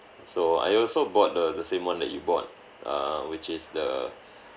so I also bought the the same one that you bought err which is the